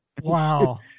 Wow